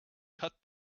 cut